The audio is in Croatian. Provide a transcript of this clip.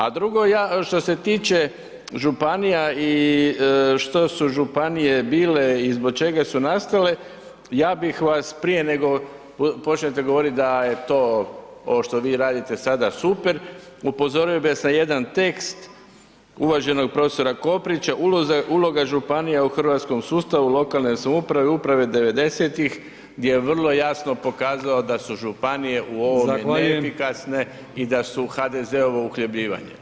A drugo, što se tiče županija i što su županije bile i zbog čega su nastale, ja bih vas prije nego počnete govoriti da je to ovo što vi radite sada super, upozorio bi vas na jedan tekst uvaženog prof. Koprića, uloga županija u hrvatskom sustavu lokalne samouprave, uprave 90-ih gdje je vrlo jasno pokazao da su županije u ovome neefikasne i da su HDZ-ovo uhljebljivanje.